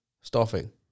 stuffing